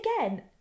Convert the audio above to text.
again